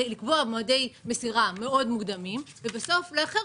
לקבוע מועדי מסירה מאוד מוקדמים ובסוף לאחר